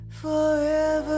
forever